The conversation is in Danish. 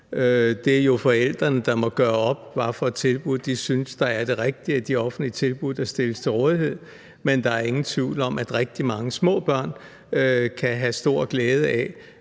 Det er jo forældrene, der må gøre op, hvad for et tilbud de synes er det rigtige af de offentlige tilbud, der stilles til rådighed. Men der er ingen tvivl om, at rigtig mange små børn kan have stor glæde af,